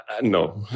No